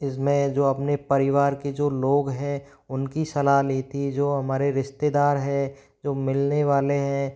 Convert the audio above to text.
इस में जो अपने परिवार के जो लोग हैं उनकी सलाह ली थी जो हमारे रिश्तेदार हैं जो मिलने वाले हैं